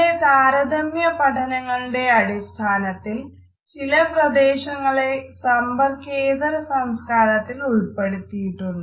തന്റെ താരതമ്യ പഠനങ്ങളുടെ അടിസ്ഥാനത്തിൽ ചില പ്രദേശങ്ങളെ സമ്പർക്കേതര സംസ്കാരത്തിൽ ഉൾപ്പെടുത്തിയിട്ടുണ്ട്